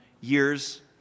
years